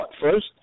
first